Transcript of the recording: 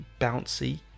bouncy